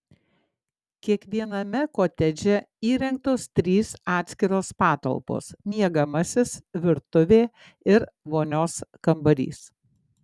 kiekviename kotedže įrengtos trys atskiros patalpos miegamasis virtuvė ir vonios kambarys